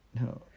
No